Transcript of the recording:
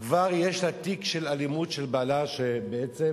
יש לה תיק של אלימות של בעלה, שבעצם